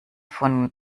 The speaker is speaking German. von